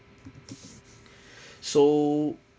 so